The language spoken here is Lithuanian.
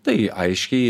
tai aiškiai